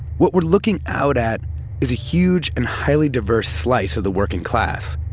what we're looking out at is a huge and highly diverse slice of the working class